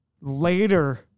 later